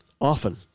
often